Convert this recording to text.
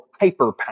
hyperpower